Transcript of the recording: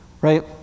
Right